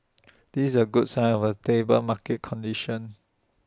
this A good sign of A stable market conditions